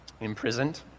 imprisoned